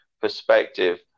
perspective